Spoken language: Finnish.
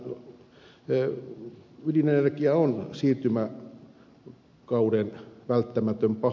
tämä ydinenergia on siirtymäkauden välttämätön paha